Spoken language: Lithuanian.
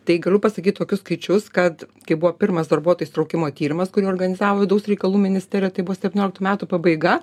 tai galiu pasakyt tokius skaičius kad kai buvo pirmas darbuotojų įsitraukimo tyrimas kurį organizavo vidaus reikalų ministerija tai buvo septynioliktų metų pabaiga